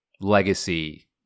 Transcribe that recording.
legacy